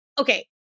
Okay